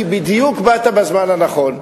כי באת בדיוק בזמן הנכון.